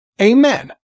Amen